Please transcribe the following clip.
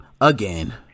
again